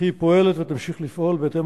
וכי היא פועלת ותמשיך לפעול בהתאם